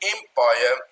Empire